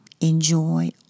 enjoy